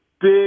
big